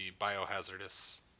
biohazardous